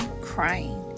crying